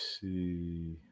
see